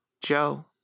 Joe